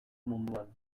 munduan